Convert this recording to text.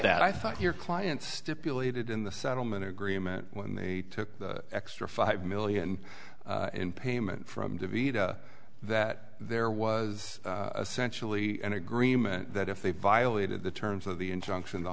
that i thought your client stipulated in the settlement agreement when they took the extra five million in payment from that there was sensually an agreement that if they violated the terms of the injunction the